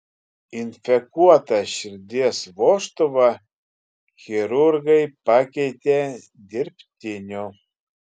infekuotą širdies vožtuvą chirurgai pakeitė dirbtiniu